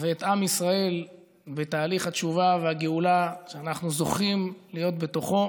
ואת עם ישראל בתהליך התשובה והגאולה שאנחנו זוכים להיות בתוכו,